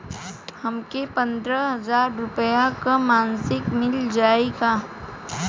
हमके पन्द्रह हजार रूपया क मासिक मिल जाई का?